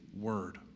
Word